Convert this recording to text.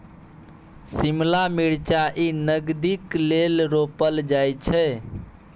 शिमला मिरचाई नगदीक लेल रोपल जाई छै